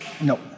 No